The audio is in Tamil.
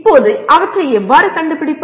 இப்போது அவற்றை எவ்வாறு கண்டுபிடிப்பது